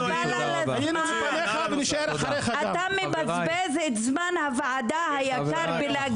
היינו מצוין -- אני אלמד אותך מה זה זהות לאומית,